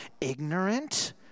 ignorant